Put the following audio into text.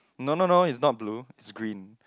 no no no it's not blue it's green